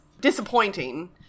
disappointing